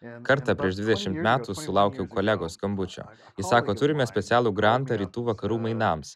kartą prieš dvidešimt metų sulaukiau kolegos skambučio jis sako turime specialų grantą rytų vakarų mainams